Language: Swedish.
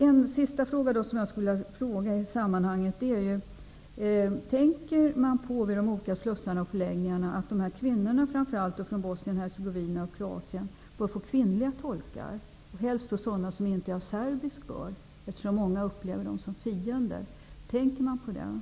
Jag skulle i det här sammanhanget vilja ställa en sista fråga: Tänker man vid de olika slussarna och förläggningarna på att kvinnorna från framför allt Bosnien-Hercegovina och Kroatien bör få kvinnliga tolkar, helst sådana som inte är av serbisk börd, eftersom många av dessa kvinnor upplever serberna som fiender? Tänker man på det?